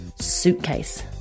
suitcase